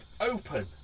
open